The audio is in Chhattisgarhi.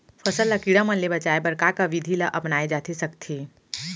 फसल ल कीड़ा मन ले बचाये बर का का विधि ल अपनाये जाथे सकथे?